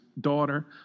daughter